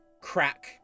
crack